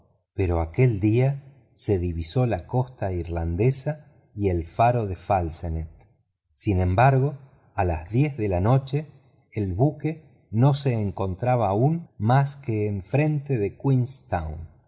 pero aquel día se divisó la costa irlandesa y el faro de falsenet sin embargo a las diez de la noche el buque no se encontraba aún más que enfrente de